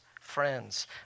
friends